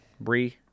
Bree